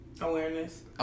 awareness